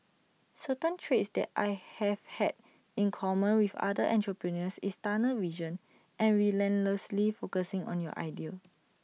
certain traits that I have had in common with other entrepreneurs is tunnel vision and relentlessly focusing on your idea